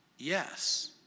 Yes